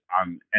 on